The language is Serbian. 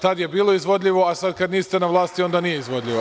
Tada je bilo izvodljivo, a sada kada niste na vlasti onda nije izvodljivo.